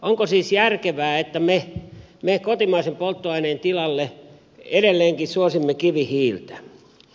onko siis järkevää että me kotimaisen polttoaineen tilalle edelleenkin suosimme kivihiiltä